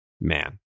man